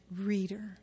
reader